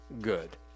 good